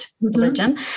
religion